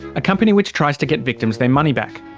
a company which tries to get victims their money back.